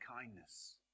kindness